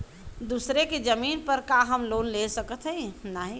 दूसरे के जमीन पर का हम लोन ले सकत हई?